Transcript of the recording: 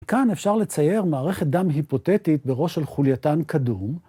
כאן אפשר לצייר מערכת דם היפותטית בראש של חולייתן כדור.